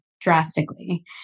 drastically